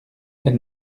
elle